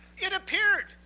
it appeared,